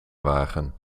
wagen